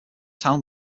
town